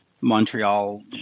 Montreal